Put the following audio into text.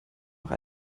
noch